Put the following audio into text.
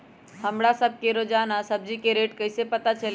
हमरा सब के रोजान सब्जी के रेट कईसे पता चली?